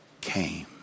came